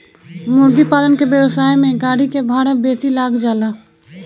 मुर्गीपालन के व्यवसाय में गाड़ी के भाड़ा बेसी लाग जाला